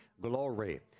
glory